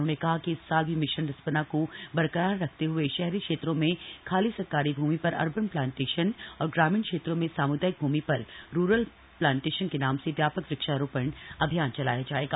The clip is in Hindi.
उन्होंने कहा कि इस साल भी मिशन रिस्पना को बरकरार रखते हुए शहरी क्षेत्रों में खाली सरकारी भूमि पर अर्बन प्लान्टेशन और ग्रामीण क्षेत्रों में सामुदायिक भूमि पर रूरल प्लान्टेशन के नाम से व्यापक वृक्षारोपण अभियान चलाया जाएगा